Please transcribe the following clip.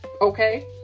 okay